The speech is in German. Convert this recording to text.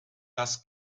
das